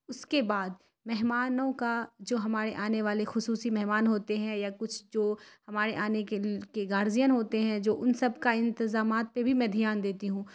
اس کے بعد مہمانوں کا جو ہمارے آنے والے خصوصی مہمان ہوتے ہیں یا کچھ جو ہمارے آنے کے کے گارجین ہوتے ہیں جو ان سب کا انتظامات پہ بھی میں دھیان دیتی ہوں